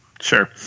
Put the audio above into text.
Sure